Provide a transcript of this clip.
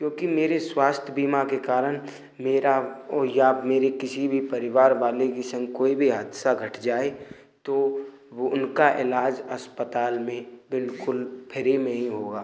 क्योंकि मेरे स्वास्थ्य बीमा के कारण मेरा या मेरे किसी भी परिवार वाले के संग कोई भी हादसा घट जाए तो वो उनका इलाज अस्पताल में बिल्कुल फ्री में ही होगा